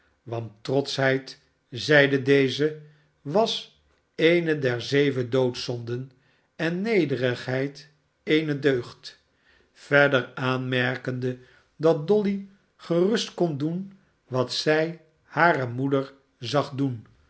want trotschheid zeide deze was eene der zeven doodzonden en nederigheid eene deugd verder aanmerkende dat dolly gerust kon doen wat zij hare moeder zag doen